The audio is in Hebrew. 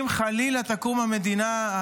אם, חלילה, תקום המדינה,